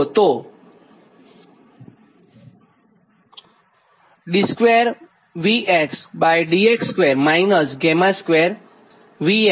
તો આ સમીકરણ 25 છે